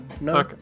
no